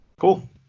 cool